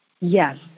Yes